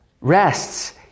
rests